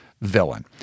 villain